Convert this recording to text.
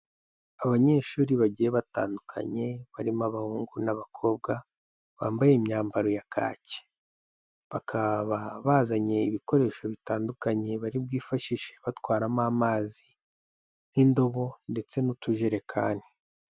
Abanyeshuri bagiye batandukanye, barimo abahungu n'abakobwa, bambaye imyambaro ya kake, bakaba bazanye ibikoresho bitandukanye bari bwifashishe batwaramo amazi nk'indobo ndetse n'utujerekani.